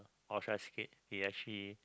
or should I say they actually